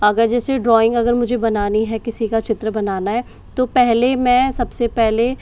अगर जैसे ड्राइंग अगर मुझे बनानी है किसी का चित्र बनाना है तो पहले में सबसे पहले